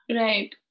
right